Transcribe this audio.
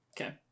okay